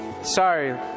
Sorry